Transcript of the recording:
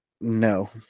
no